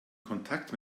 kontakt